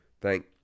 Thank